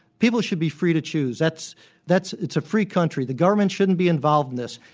people should be free to choose. that's that's it's a free country. the government shouldn't be involved in this.